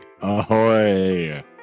Ahoy